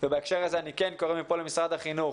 בהקשר הזה אני כן קורא מפה למשרד החינוך